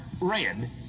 red